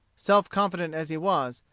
self-confident as he was,